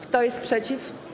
Kto jest przeciw?